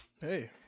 Hey